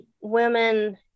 women